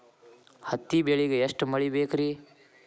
ಹತ್ತಿ ಬೆಳಿಗ ಎಷ್ಟ ಮಳಿ ಬೇಕ್ ರಿ?